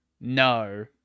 No